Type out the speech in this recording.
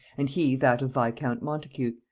and he that of viscount montacute,